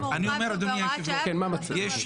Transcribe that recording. אדוני היושב-ראש,